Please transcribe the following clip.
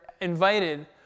invited